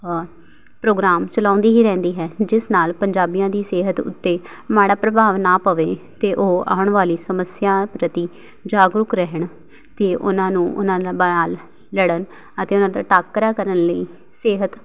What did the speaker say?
programme ਚਲਾਉਂਦੀ ਹੀ ਰਹਿੰਦੀ ਹੈ ਜਿਸ ਨਾਲ ਪੰਜਾਬੀਆਂ ਦੀ ਸਿਹਤ ਉੱਤੇ ਮਾੜਾ ਪ੍ਰਭਾਵ ਨਾ ਪਵੇ ਅਤੇ ਉਹ ਆਉਣ ਵਾਲੀ ਸਮੱਸਿਆ ਪ੍ਰਤੀ ਜਾਗਰੂਕ ਰਹਿਣ ਅਤੇ ਉਹਨਾਂ ਨੂੰ ਉਹਨਾਂ ਲੜਨ ਅਤੇ ਉਹਨਾਂ ਦਾ ਟਾਕਰਾ ਕਰਨ ਲਈ ਸਿਹਤ